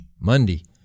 Monday